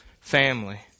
Family